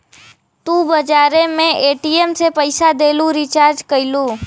तू बजारे मे ए.टी.एम से पइसा देलू, रीचार्ज कइलू